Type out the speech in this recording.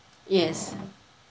yes